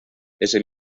ese